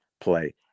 play